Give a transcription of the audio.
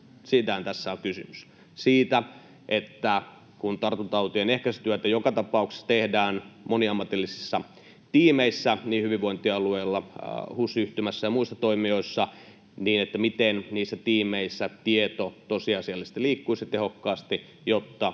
Siitähän tässä on kysymys, siitä, että kun tartuntatautien ehkäisytyötä joka tapauksessa tehdään moniammatillisissa tiimeissä — niin hyvinvointialueilla, HUS-yhtymässä kuin muissa toimijoissa — niin miten niissä tiimeissä tieto tosiasiallisesti liikkuisi tehokkaasti, jotta